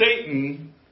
Satan